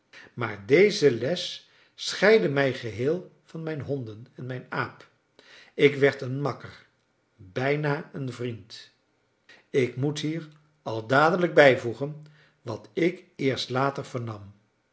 maar deze les scheidde mij geheel van mijn honden en mijn aap ik werd een makker bijna een vriend ik moet hier al dadelijk bijvoegen wat ik eerst later vernam